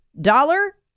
dollar